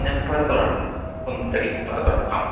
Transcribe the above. ഞാൻ പാറത്തോടാണ് കുന്നത്തടി പാറത്തോട് അ